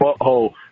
butthole